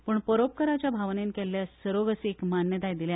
पूण परोपकाराचे भावनेन केल्ल्या सरोगसीक मान्यताय दिल्या